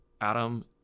Adam